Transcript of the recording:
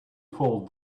fold